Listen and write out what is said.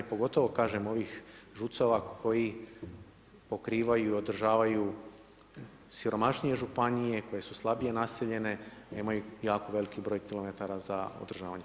Pogotovo, kažem, ovih ... koji pokrivaju i održavaju siromašnije županije koje su slabije naseljene, nemaju jako veliki broj kilometara za održavanje.